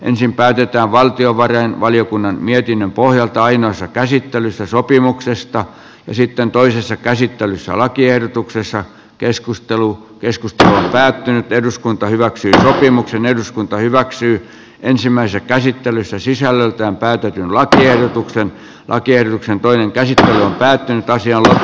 ensin päätetään valtiovarainvaliokunnan mietinnön pohjalta ainoassa käsittelyssä sopimuksesta ja sitten toisessa käsittelyssä lakiehdotuksessa keskustelu keskusta päätti eduskunta hyväksyi sopimuksen eduskunta hyväksyy ensimmäistä käsittelyssä sisällöltään käytetyn lakiehdotuksen kierroksen toinen käsitä päätteen taisi lakiehdotuksesta